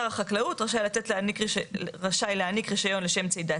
"שר החקלאות רשאי להעניק רישיון לשם צידת